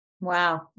Wow